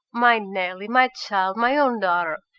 my nelly, my child, my own daughter!